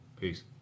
Peace